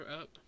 up